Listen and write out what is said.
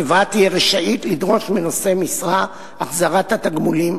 חברה תהיה רשאית לדרוש מנושא משרה החזרת התגמולים,